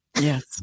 Yes